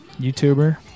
YouTuber